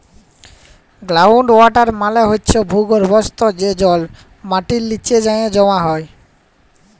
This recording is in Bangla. গ্রাউল্ড ওয়াটার মালে হছে ভূগর্ভস্থ যে জল মাটির লিচে যাঁয়ে জমা হয়